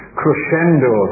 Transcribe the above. crescendo